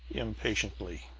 impatiently,